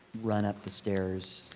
run up the stairs.